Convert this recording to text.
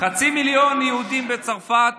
חצי מיליון יהודים בצרפת